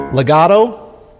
Legato